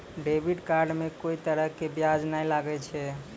debit card मे कोई तरह के ब्याज नाय लागै छै